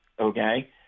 Okay